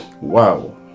Wow